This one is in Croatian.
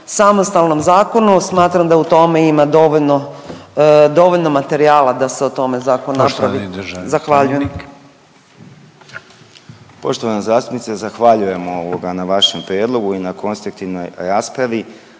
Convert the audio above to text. samostalnom zakonu. Smatram da u tome ima dovoljno, dovoljno materijala da se o tome zakon napravi. Zahvaljujem. **Reiner, Željko (HDZ)** Poštovani državni tajnik. **Partl, Krešimir** Poštovana zastupnice zahvaljujem ovoga na vašem prijedlogu i na konstruktivnoj raspravi.